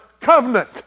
covenant